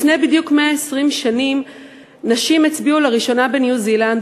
לפני בדיוק 120 שנים נשים הצביעו לראשונה בניו-זילנד